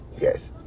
Yes